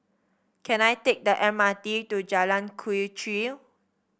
can I take the M R T to Jalan Quee Chew